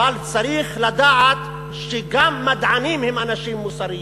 אבל צריך לדעת שגם מדענים הם אנשים מוסריים.